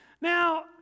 Now